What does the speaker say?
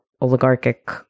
oligarchic